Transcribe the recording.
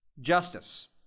Justice